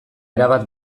erabat